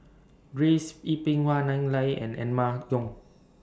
Grace Yin Peck Nai and Emma Yong